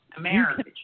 marriage